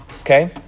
okay